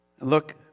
Look